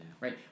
Right